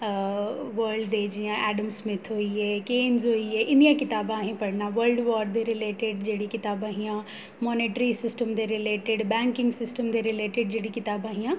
world दे जि'यां Adam Smith होई गे केन्ज़ होई गे इंदियां कताबां एह् पढ़ना वर्ल्ड वार दे रिलेटिड जेह्ड़ी कताबां हियां मोनेट्री सिस्टम दे रिलेटिड बैंकिंग सिस्टम दे रिलेटिड जेह्ड़ी कताबां हियां